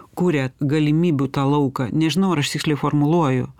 kuria galimybių tą lauką nežinau ar aš tiksliai formuluoju